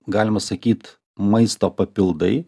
galima sakyt maisto papildai